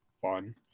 fun